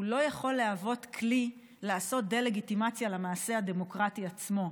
זה לא יכול להוות כלי לעשות דה-לגיטימציה למעשה הדמוקרטי עצמו,